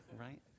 right